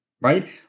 right